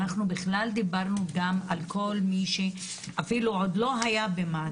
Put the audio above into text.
אנחנו בכלל דיברנו גם על כל מי שאפילו עוד לא היה במעצר,